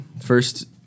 First